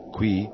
Qui